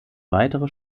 weitere